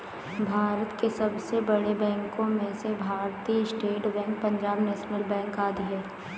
भारत के सबसे बड़े बैंको में से भारतीत state bank, Punjab national bank आदि है